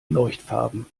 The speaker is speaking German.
leuchtfarben